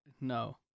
no